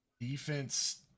defense